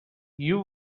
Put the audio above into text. you